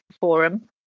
forum